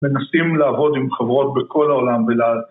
מנסים לעבוד עם חברות בכל העולם ולעד.